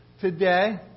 Today